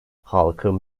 halkın